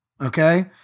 Okay